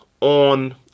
on